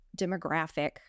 demographic